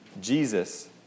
Jesus